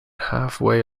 halfway